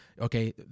okay